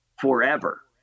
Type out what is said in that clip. forever